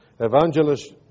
evangelist